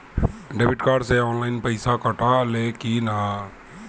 Debit card से online पैसा कटा ले कि ना?